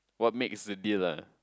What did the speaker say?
what makes the deal ah